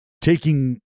taking